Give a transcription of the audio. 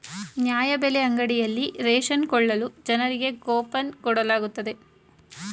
ನ್ಯಾಯಬೆಲೆ ಅಂಗಡಿಯಲ್ಲಿ ರೇಷನ್ ಕೊಳ್ಳಲು ಜನರಿಗೆ ಕೋಪನ್ ಕೊಡಲಾಗುತ್ತದೆ